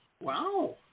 Wow